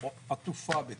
עטופה בטבע: